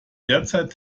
derzeit